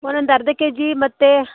ಒಂದೊಂದು ಅರ್ಧ ಕೆಜಿ ಮತ್ತು